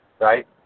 right